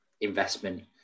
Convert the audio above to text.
investment